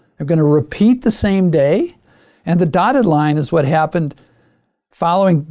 i'm gonna repeat the same day and the dotted line is what happened following